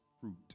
fruit